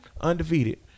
undefeated